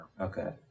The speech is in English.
Okay